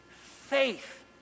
faith